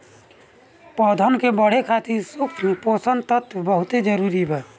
पौधन के बढ़े खातिर सूक्ष्म पोषक तत्व बहुत जरूरी बा